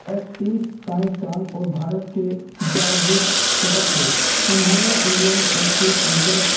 space science دان اور بھارت کے گیارہوے صدر تھے انہوں نے انڈین اسپیس ریجرس